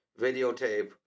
videotape